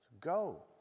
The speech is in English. Go